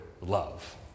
love